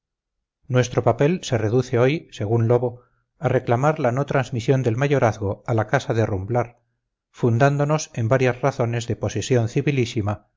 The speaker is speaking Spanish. nuestro papel se reduce hoy según lobo a reclamar la no transmisión del mayorazgo a la casa de rumblar fundándonos en varias razones de posesión